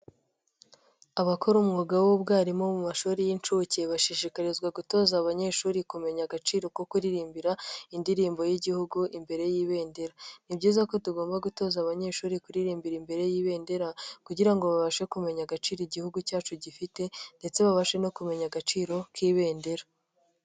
Abakora umwuga w'ubwarimu mu mashuri y'incuke, bashishikarizwa gutoza abanyeshuri kumenya agaciro ko kuririmbira, indirimbo y'igihugu, imbere y'ibendera, ni byiza ko tugomba gutoza abanyeshuri kuririmbira imbere y'ibendera kugira ngo babashe kumenya agaciro igihugu cyacu gifite ndetse babashe no kumenya agaciro k'ibendera.